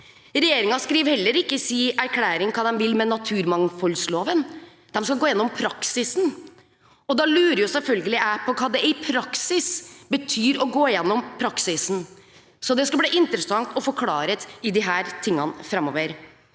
Regjeringen skriver heller ikke i sin erklæring hva de vil naturmangfoldsloven. De skal gå igjennom praksisen. Da lurer jeg selvfølgelig på hva det i praksis betyr å gå igjennom praksisen. Det skal bli interessant å få klarhet i dette framover.